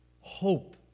hope